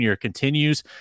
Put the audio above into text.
continues